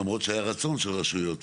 למרות שהיה רצון של רשויות.